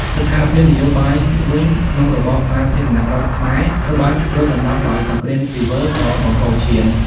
ស្ថានភាពនយោបាយវិញក្នុងរបបសាធារណរដ្ឋខ្មែរត្រូវបានគ្របដណ្ដប់ដោយ សង្គ្រាមស៊ីវិល ដ៏បង្ហូរឈាម។